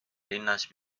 linnas